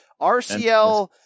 RCL